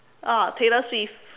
oh Taylor-Swift